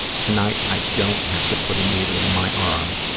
tonight i don't have to put a needle in my arm,